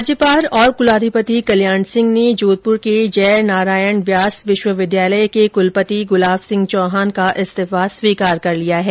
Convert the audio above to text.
राज्यपाल और कुलाधिपति कल्याण सिंह ने जोधपुर के जय नारायण व्यास विश्वविद्यालय के कुलपति गुलाब सिंह चौहान का इस्तीफा स्वीकार कर लिया है